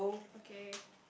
okay